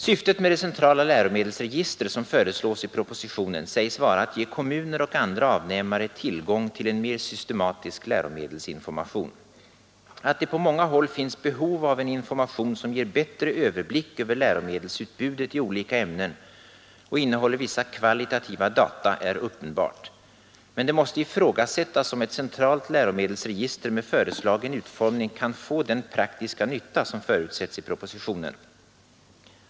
Syftet med det centrala läromedelsregister som föreslås i propositionen sägs vara att ge kommuner och andra avnämare tillgång till en mer systematisk läromedelsinformation. Att det på många håll finns behov av en information som ger bättre överblick över läromedelsutbudet i olika ämnen och som innehåller vissa kvalitativa data är uppenbart, men det måste ifrågasättas om ett centralt läromedelsregister med föreslagen utformning kan få den praktiska nytta som förutsätts i propositionen.